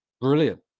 brilliant